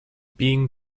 being